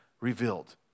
revealed